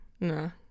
no